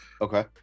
Okay